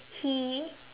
he